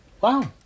Wow